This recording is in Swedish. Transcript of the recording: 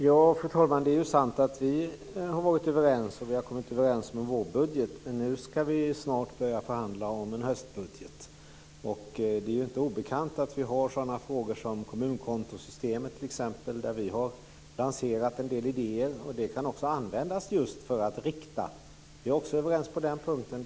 Fru talman! Det är sant att vi har varit överens, att vi har kommit överens om en vårbudget. Nu ska vi snart börja förhandla om en höstbudget. Det är inte obekant att vi i t.ex. frågan om kommunkontosystemet har lanserat en del idéer. Detta kan användas just för att rikta stödet. Vi är alltså överens också på den punkten.